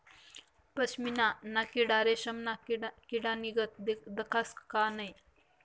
पशमीना ना किडा रेशमना किडानीगत दखास का नै